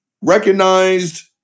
recognized